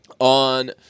On